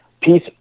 Peace